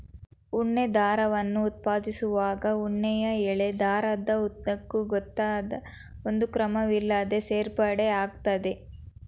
ಉಣ್ಣೆ ದಾರವನ್ನು ಉತ್ಪಾದಿಸುವಾಗ ಉಣ್ಣೆಯ ಎಳೆ ದಾರದ ಉದ್ದಕ್ಕೂ ಗೊತ್ತಾದ ಒಂದು ಕ್ರಮವಿಲ್ಲದೇ ಸೇರ್ಪಡೆ ಆಗ್ತದೆ